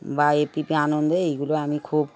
বা A B P Ananda এগুলো আমি খুব